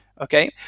Okay